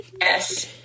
yes